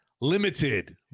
Limited